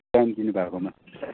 time दिनु भएकोमा